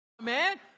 Man